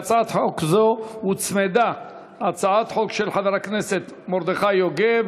להצעת חוק זו הוצמדה הצעת חוק של חבר הכנסת מרדכי יוגב